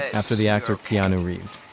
after the actor kianu reeves